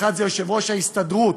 האחד הוא יושב-ראש ההסתדרות,